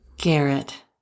Garrett